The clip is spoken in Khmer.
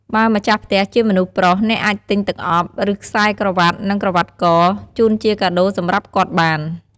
បើម្ចាស់ផ្ទះជាមនុស្សប្រុស អ្នកអាចទិញទឹកអប់ ឬខ្សែក្រវ៉ាត់ និងក្រវ៉ាត់ក ជូនជាកាដូរសម្រាប់គាត់បាន។